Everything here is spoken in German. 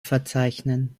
verzeichnen